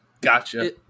Gotcha